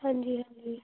ਹਾਂਜੀ ਹਾਂਜੀ